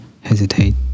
hesitate